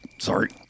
Sorry